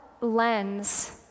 lens